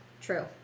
True